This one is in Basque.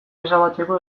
ezabatzeko